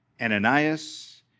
Ananias